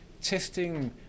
testing